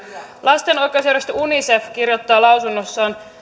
lastenoikeusjärjestö unicef kirjoittaa lausunnossaan